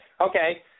Okay